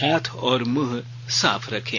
हाथ और मुंह साफ रखें